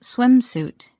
Swimsuit